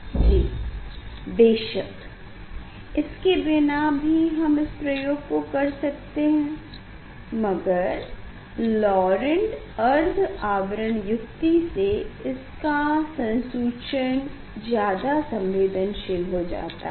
जी बेशक इसके बिना भी हम इस प्रयोग को कर सकते हैं मगर लौरेण्ट अर्ध आवरण युक्ति से इसका संसूचन ज्यादा संवेदनशील हो जाता है